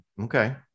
Okay